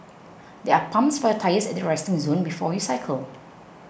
there are pumps for your tyres at the resting zone before you cycle